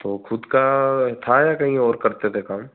तो ख़ुद का था या कहीं और करते थे काम